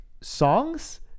songs